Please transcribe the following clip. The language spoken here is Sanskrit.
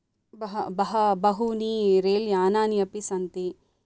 बह बह बहूनि रेल् यानानि अपि सन्ति